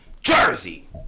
Jersey